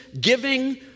giving